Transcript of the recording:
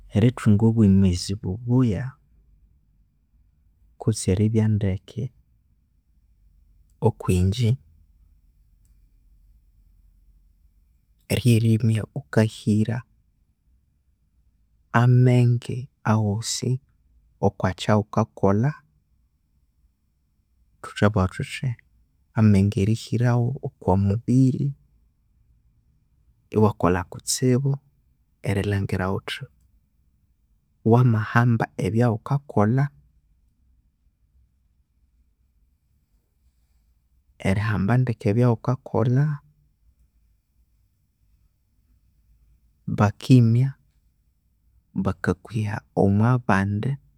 Erithunga obwemezi bubuya kutse eribyandeke okwingye, ryerimya ghukahira amenge ghosi okwa kyaghukakolha, thuthabugha thuthi amenge erihirawo okwa mubiri ewakola kutsibu erilhangira ghuthi wamahamba ebyaghukakolha, erihamba ndeke ebyaghukakolha bakimya bakakwiha omwa bandi.